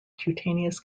cutaneous